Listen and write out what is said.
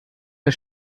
der